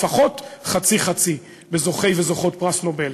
לפחות חצי-חצי של זוכי וזוכות פרס נובל.